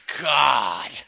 God